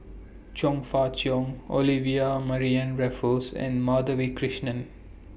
Chong Fah Cheong Olivia Mariamne Raffles and Madhavi Krishnan